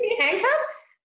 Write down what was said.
handcuffs